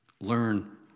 Learn